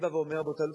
אני בא ואומר: רבותי,